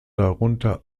darunter